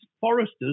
foresters